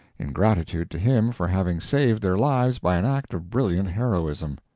in gratitude to him for having saved their lives by an act of brilliant heroism.